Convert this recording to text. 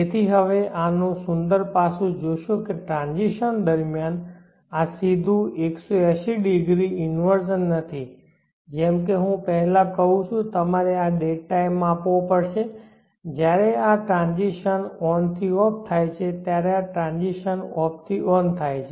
તેથી હવે તમે આનું સુંદર પાસું જોશો કે ટ્રાન્સીશન દરમિયાન આ સીધું 180ડિગ્રી ઈન્વર્જન નથી જેમ કે હું પહેલાં કહું છું તમારે આ ડેડ ટાઈમ આપવો પડશે જ્યારે આ ટ્રાન્સીશન ઓન થી ઑફ થાય છે અને આ ટ્રાન્સીશન ઑફ થી ઓન થાય છે